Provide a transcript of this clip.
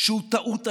שהוא טעות איומה.